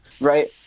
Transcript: Right